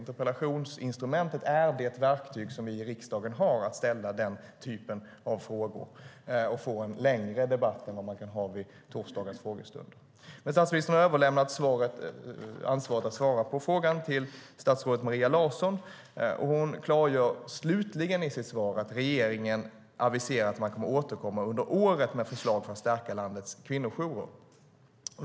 Interpellationsinstrumentet är det verktyg som vi i riksdagen har för att ställa den typen av frågor och få en längre debatt än vad vi kan ha vid torsdagens frågestund. Statsministern har överlämnat ansvaret för att svara på interpellationen till statsrådet Maria Larsson, och hon klargör slutligen i sitt svar att regeringen aviserar att man kommer att återkomma under året med förslag för att stärka landets kvinnojourer.